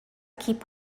keep